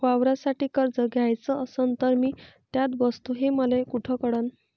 वावरासाठी कर्ज घ्याचं असन तर मी त्यात बसतो हे मले कुठ कळन?